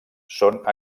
són